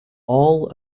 all